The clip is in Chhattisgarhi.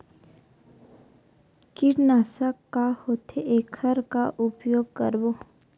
कीटनाशक का होथे एखर का उपयोग करबो?